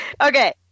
Okay